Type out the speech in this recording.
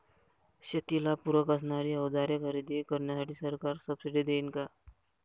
शेतीला पूरक असणारी अवजारे खरेदी करण्यासाठी सरकार सब्सिडी देईन का?